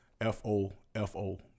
F-O-F-O